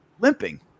limping